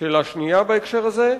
שאלה שנייה בהקשר הזה: